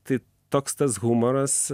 tai toks tas humoras